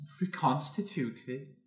Reconstituted